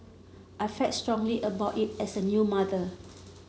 I felt strongly about it as a new mother